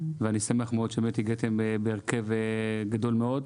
ואני שמח מאוד שבאמת הגעתם בהרכב גדול מאוד.